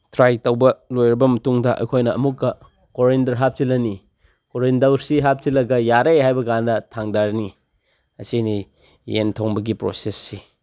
try ꯇꯧꯕ ꯂꯣꯏꯔꯕ ꯃꯇꯨꯡꯗ ꯑꯩꯈꯣꯏꯅ ꯑꯃꯨꯛꯀ ꯀꯣꯔꯦꯟꯗꯔ ꯍꯥꯞꯆꯤꯜꯂꯅꯤ ꯀꯣꯔꯦꯟꯗꯔꯁꯤ ꯍꯥꯞꯆꯤꯜꯂꯒ ꯌꯥꯔꯦ ꯍꯥꯏꯕꯀꯥꯟꯗ ꯊꯥꯡꯗꯔꯅꯤ ꯑꯁꯤꯅꯤ ꯌꯦꯟ ꯊꯣꯡꯕꯒꯤ ꯄ꯭ꯔꯣꯁꯦꯁꯁꯤ